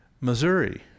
Missouri